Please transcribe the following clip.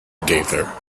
gaither